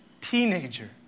teenager